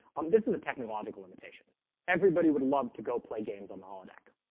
um this is a technological limitation everybody would love to go play games on the holodeck